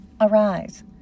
Arise